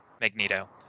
Magneto